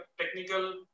technical